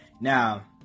Now